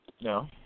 No